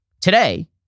Today